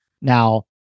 Now